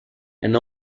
and